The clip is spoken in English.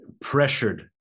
pressured